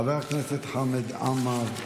חבר הכנסת חמד עמאר.